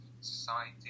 society